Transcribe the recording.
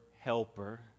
helper